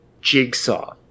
Jigsaw